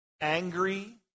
Angry